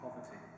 poverty